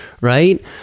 Right